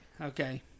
Okay